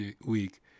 week